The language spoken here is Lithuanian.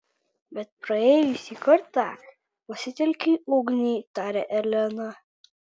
bet praėjusį kartą pasitelkei ugnį tarė elena